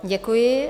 Děkuji.